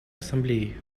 ассамблеи